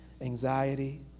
anxiety